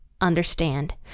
understand